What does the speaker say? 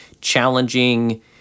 challenging